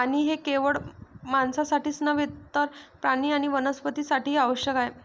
पाणी हे केवळ माणसांसाठीच नव्हे तर प्राणी आणि वनस्पतीं साठीही आवश्यक आहे